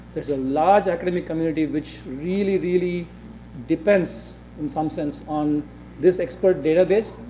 there's a large academic community which really, really depends in some since on this expert database,